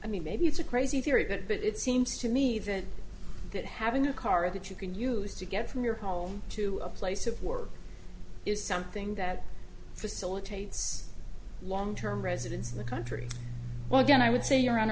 i mean maybe it's a crazy theory that but it seems to me that that having a car that you can use to get from your home to a place of work is something that facilitates long term residence in the country well again i would say you